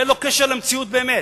שאין לו קשר למציאות באמת.